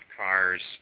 cars